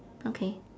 okay